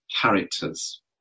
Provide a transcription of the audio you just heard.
characters